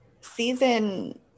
season